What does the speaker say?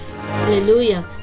hallelujah